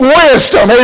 wisdom